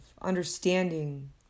understanding